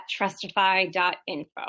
Trustify.info